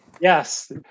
yes